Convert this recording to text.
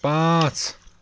پانٛژھ